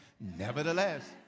nevertheless